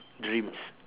dreams